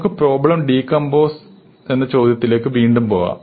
നമുക്ക് problem decompose എന്ന ചോദ്യത്തിലേക്ക് വീണ്ടും പോകാം